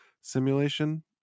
simulation